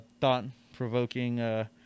thought-provoking